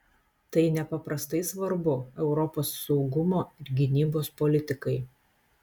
tai nepaprastai svarbu europos saugumo ir gynybos politikai